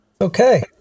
Okay